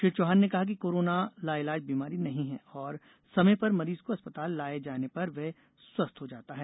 श्री चौहान ने कहा कि कोरोना लाईलाज बीमारी नहीं है और समय पर मरीज को अस्पताल लाये जाने पर वे स्वस्थ हो जाता है